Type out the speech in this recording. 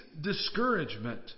discouragement